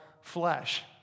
flesh